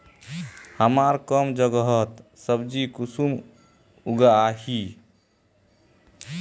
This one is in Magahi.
हमार कम जगहत सब्जी कुंसम उगाही?